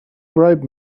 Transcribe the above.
bribe